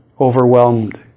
overwhelmed